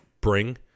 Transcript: bring